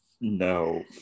no